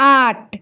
আট